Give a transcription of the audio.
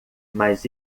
mas